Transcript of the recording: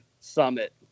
Summit